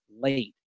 late